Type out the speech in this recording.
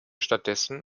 stattdessen